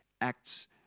acts